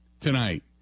tonight